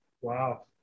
Wow